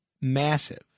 massive